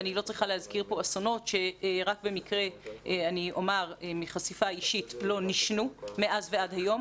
אני לא צריכה להזכיר פה אסונות שרק במקרה לא נשנו מאז ועד היום,